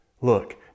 look